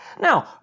now